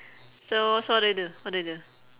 so so what do we do what do we do